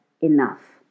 enough